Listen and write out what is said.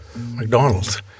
McDonald's